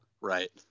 right